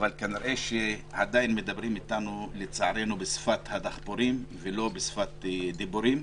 אבל כנראה שעדיין מדברים איתנו לצערנו בשפת הדחפורים ולא בשפת הדיבורים.